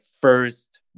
first